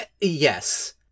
yes